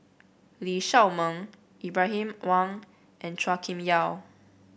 Lee Shao Meng Ibrahim Awang and Chua Kim Yeow